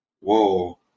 Whoa